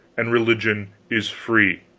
and religion is free.